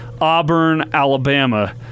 Auburn-Alabama